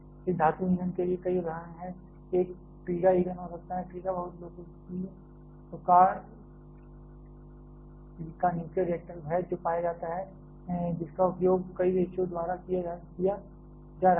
इस धातु ईंधन के लिए कई उदाहरण हैं एक TRIGA ईंधन हो सकता है TRIGA बहुत लोकप्रिय प्रकार का न्यूक्लियर रिएक्टर है जो पाया जाता है जिसका उपयोग कई देशों द्वारा किया जा रहा है